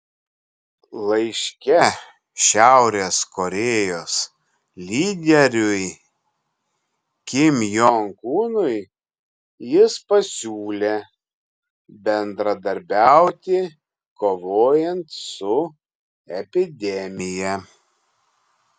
laiške šiaurės korėjos lyderiui kim jong unui jis pasiūlė bendradarbiauti kovojant su epidemija